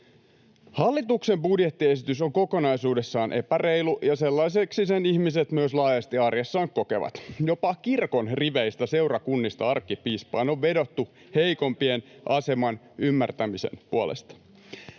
Hallituksen budjettiesitys on kokonaisuudessaan epäreilu, ja sellaiseksi sen ihmiset myös laajasti arjessaan kokevat. Jopa kirkon riveistä, seurakunnista arkkipiispaan, on vedottu heikompien aseman ymmärtämisen puolesta.